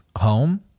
home